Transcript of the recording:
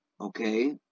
okay